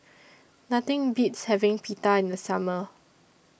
Nothing Beats having Pita in The Summer